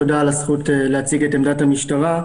תודה על הזכות להציג את עמדת המשטרה.